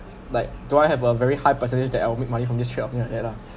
like do I have a very high percentage that I will make money from this trade I will think like that lah